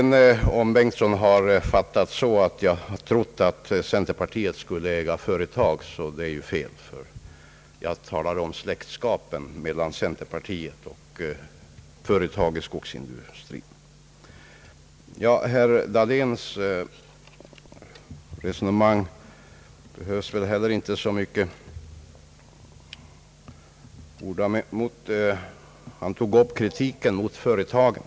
Om herr Bengtson har fattat det så att jag tror att centerpartiet skulle äga företag så är det fel. Jag talar om »släktskapet» mellan centerpartiet och företaget Skogsindustri. Inte heller herr Dahléns resonemang behöver jag bemöta med så många ord. Han tog upp kritiken mot företagen.